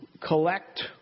collect